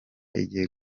igiye